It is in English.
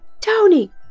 Tony